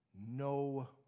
No